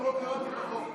גם לא קראתי את החוק.